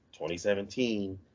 2017